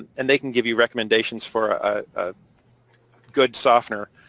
and they can give you recommendations for a good softener.